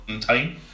time